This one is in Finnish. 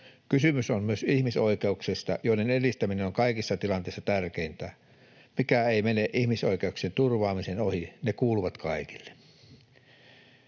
Kysymys on myös ihmisoikeuksista, joiden edistäminen on kaikissa tilanteissa tärkeintä. Mikään ei mene ihmisoikeuksien turvaamisen ohi, ne kuuluvat kaikille.